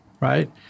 right